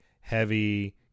heavy